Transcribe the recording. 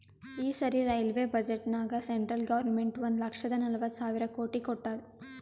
ಈ ಸರಿ ರೈಲ್ವೆ ಬಜೆಟ್ನಾಗ್ ಸೆಂಟ್ರಲ್ ಗೌರ್ಮೆಂಟ್ ಒಂದ್ ಲಕ್ಷದ ನಲ್ವತ್ ಸಾವಿರ ಕೋಟಿ ಕೊಟ್ಟಾದ್